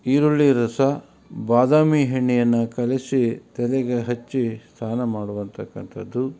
ಈರುಳ್ಳಿ ರಸ ಬಾದಾಮಿ ಎಣ್ಣೆಯನ್ನು ಕಲಸಿ ತಲೆಗೆ ಹಚ್ಚಿ ಸ್ನಾನ ಮಾಡುವಂಥಕ್ಕಂಥದ್ದು